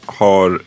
har